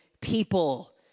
people